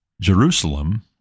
Jerusalem